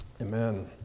Amen